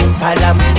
salam